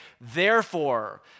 Therefore